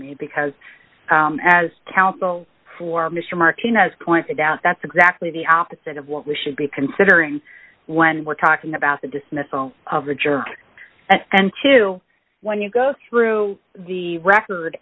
me because as counsel for mr martin has pointed out that's exactly the opposite of what we should be considering when we're talking about the dismissal of a jerk and two when you go through the record